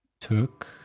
took